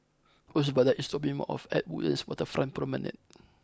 Osvaldo is dropping me off at Woodlands Waterfront Promenade